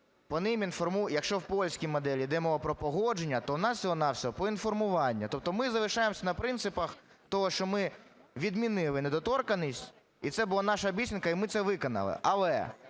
Якщо в польській моделі йде мова про погодження, то у нас всього-на-всього про інформування. Тобто ми залишаємося на принципах того, що ми відмінили недоторканність і це була наша обіцянка, і ми це виконали.